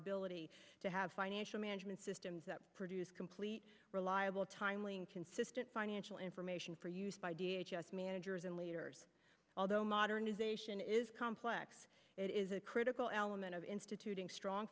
ability to have financial management systems that produce complete reliable timely and consistent financial information for use by d h us managers and leaders although modernization is complex it is a critical element of instituting strong